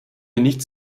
nichts